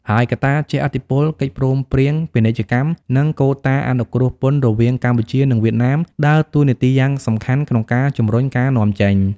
ហើយកត្តាជះឥទ្ធិពល កិច្ចព្រមព្រៀងពាណិជ្ជកម្ម និងកូតាអនុគ្រោះពន្ធរវាងកម្ពុជា និងវៀតណាមដើរតួនាទីយ៉ាងសំខាន់ក្នុងការជំរុញការនាំចេញ។